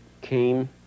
came